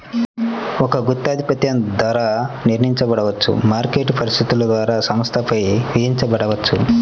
ఒక గుత్తాధిపత్యం ధర నిర్ణయించబడవచ్చు, మార్కెట్ పరిస్థితుల ద్వారా సంస్థపై విధించబడవచ్చు